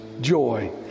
joy